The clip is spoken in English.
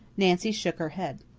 nancy shook her head.